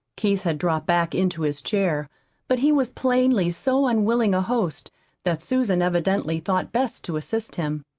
keith had dropped back into his chair but he was plainly so unwilling a host that susan evidently thought best to assist him.